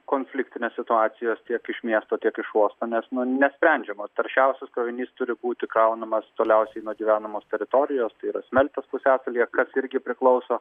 konfliktinės situacijos tiek iš miesto tiek iš uosto nes nu nesprendžiama taršiausias krovinys turi būti kraunamas toliausiai nuo gyvenamos teritorijos tai yra smeltės pusiasalyje kas irgi priklauso